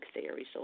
theory